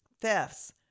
thefts